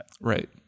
Right